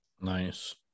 nice